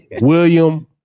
William